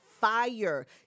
fire